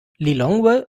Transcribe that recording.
lilongwe